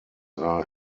are